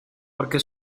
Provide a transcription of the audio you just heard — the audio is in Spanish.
porque